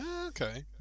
okay